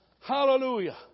Hallelujah